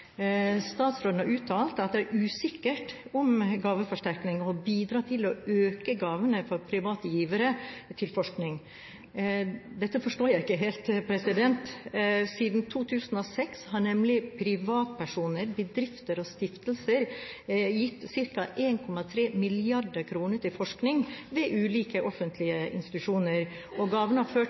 Statsråden har uttalt at det er usikkert om gaveforsterkningsordningen vil bidra til å øke gavene fra private givere til forskning. Dette forstår jeg ikke helt. Siden 2006 har nemlig privatpersoner, bedrifter og stiftelser gitt ca. 1,3 mrd. kr til forskning ved ulike offentlige institusjoner, og gavene har ført